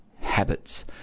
habits